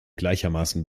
gleichermaßen